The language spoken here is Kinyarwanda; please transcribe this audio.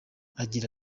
agira